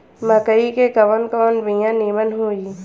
मकई के कवन कवन बिया नीमन होई?